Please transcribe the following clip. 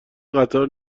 قطار